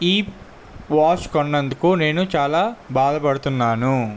ఈ వాచ్ కొన్నందుకు నేను చాలా బాధపడుతున్నాను